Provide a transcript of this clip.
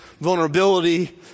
vulnerability